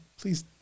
Please